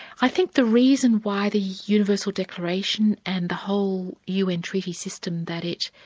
i think the reason why the universal declaration and the whole un treaty system that it,